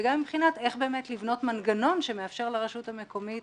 וגם מבחינת איך באמת לבנות מנגנון שמאפשר לרשות המקומית